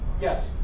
Yes